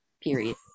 period